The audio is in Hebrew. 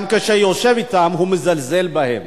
גם כשהוא יושב אתם, הוא מזלזל בהם.